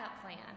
plan